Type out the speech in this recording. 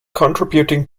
contributing